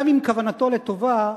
גם אם כוונתו לטובה,